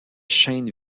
shane